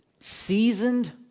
Seasoned